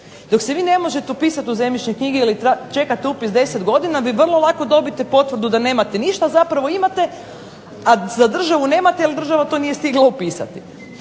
Dok se vi ne možete upisati u zemljišne knjige ili čekate upis 10 godina, vi vrlo lako dobijete potvrdu da nemate ništa, a zapravo imate, a za državu nemate jer država nije to stigla upisati.